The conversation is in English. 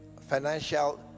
financial